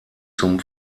zum